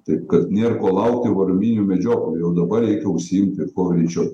taip kad nėr ko laukti varominių medžioklių jau dabar reikia užsiimti kuo greičiau